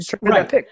Right